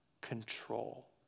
control